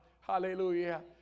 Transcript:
Hallelujah